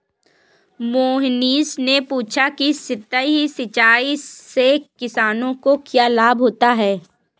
मोहनीश ने पूछा कि सतही सिंचाई से किसानों को क्या लाभ होता है?